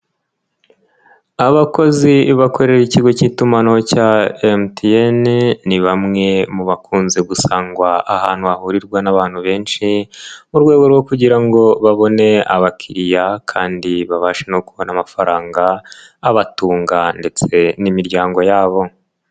Abakozi bakorera ikigo cy'itumanaho cya MTN, ni bamwe mu bakunze gusangwa ahantu hahurirwa n'abantu benshi, mu rwego rwo kugira ngo babone abakiriya kandi babashe no kubona amafaranga abatunga ndetse n'imiryango yabo.